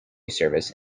service